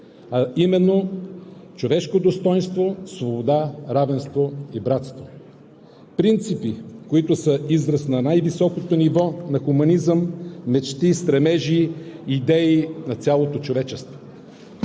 а именно човешко достойнство, свобода, равенство и братство – принципи, които са израз на най-високото ниво на хуманизъм, мечти, стремежи, идеи на цялото човечество.